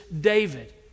David